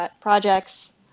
projects